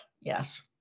yes